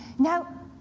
now,